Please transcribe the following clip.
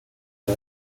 era